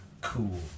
cool